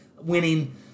winning